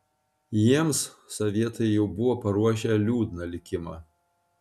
jiems sovietai jau buvo paruošę liūdną likimą